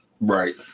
right